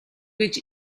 гэж